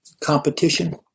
competition